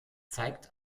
zeigt